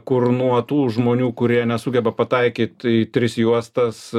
kur nuo tų žmonių kurie nesugeba pataikyti į tris juostas